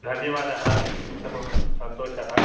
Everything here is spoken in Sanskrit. धन्यवादः उत्तमं सन्तोषः